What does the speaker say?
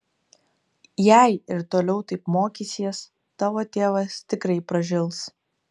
jei ir toliau taip mokysies tavo tėvas tikrai pražils